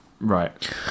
Right